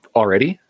already